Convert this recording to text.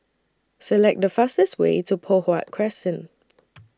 Select The fastest Way to Poh Huat Crescent